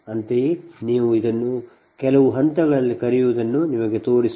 ಅಂತೆಯೇ ನೀವು ಇದನ್ನು ಕರೆಯುವದನ್ನು ನೀವು ಕೆಲವು ಹಂತಗಳನ್ನು ಕರೆಯುವದನ್ನು ನಿಮಗೆ ತೋರಿಸುವುದು